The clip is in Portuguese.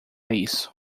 isso